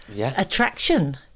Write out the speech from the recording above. attraction